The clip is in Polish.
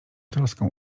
troską